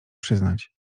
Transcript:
przyznać